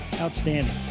Outstanding